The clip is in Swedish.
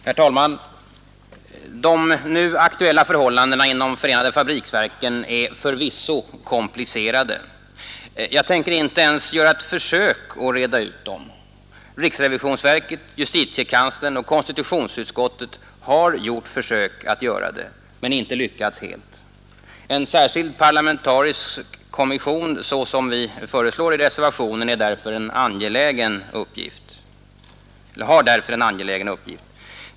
Herr talman! De nu aktuella förhållandena inom förenade fabriksverken är förvisso komplicerade. Jag tänker inte ens göra ett försök att reda ut dem; riksrevisionsverket, justitiekanslern och konstitutionsutskottet har gjort sådana försök men inte lyckats helt. En särskild parlamentarisk kommission som vi föreslår i reservationen E har därför en angelägen uppgift.